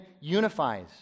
unifies